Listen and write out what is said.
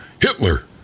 Hitler